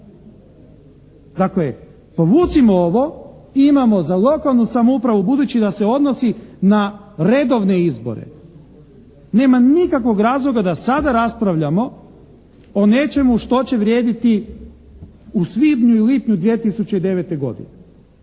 Dakle, povucimo ovo i imamo za lokalnu samoupravu budući da se odnosi na redovne izbore, nema nikakvog razloga da sada raspravljamo o nečemu što će vrijediti u svibnju i lipnju 2009. godine.